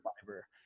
fiber